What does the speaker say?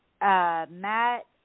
matt